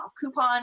coupon